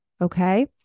Okay